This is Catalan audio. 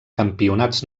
campionats